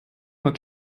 nur